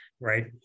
right